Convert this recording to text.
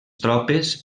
tropes